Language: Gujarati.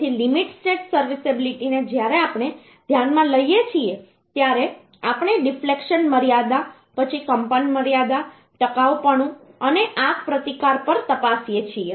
તેથી લિમિટ સ્ટેટ સર્વિસિબિલિટી ને જ્યારે આપણે ધ્યાનમાં લઈએ છીએ ત્યારે આપણે ડિફ્લેક્શન મર્યાદા પછી કંપન મર્યાદા ટકાઉપણું અને આગ પ્રતિકાર પણ તપાસીએ છીએ